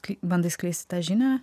kai bandai skleisti tą žinią